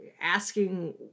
asking